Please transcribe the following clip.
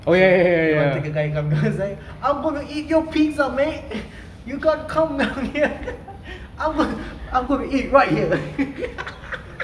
so he wanted the guy come down then was like I'm gonna eat your pizza mate you gotta come down here I'm gonna I'm gonna eat right here